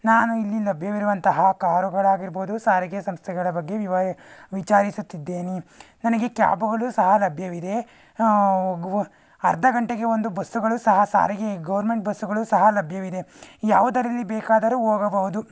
ನಾನು ಇಲ್ಲಿ ಲಭ್ಯವಿರುವಂತಹ ಕಾರುಗಳಾಗಿರ್ಬೋದು ಸಾರಿಗೆ ಸಂಸ್ಥೆಗಳ ಬಗ್ಗೆ ವಿವ ವಿಚಾರಿಸುತ್ತಿದ್ದೇನೆ ನನಗೆ ಕ್ಯಾಬುಗಳು ಸಹ ಲಭ್ಯವಿದೆ ಗು ಅರ್ಧ ಗಂಟೆಗೆ ಒಂದು ಬಸ್ಸುಗಳೂ ಸಹ ಸಾರಿಗೆ ಗೌರ್ಮೆಂಟ್ ಬಸ್ಸುಗಳೂ ಸಹ ಲಭ್ಯವಿದೆ ಯಾವುದರಲ್ಲಿ ಬೇಕಾದರೂ ಹೋಗಬಹುದು